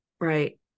right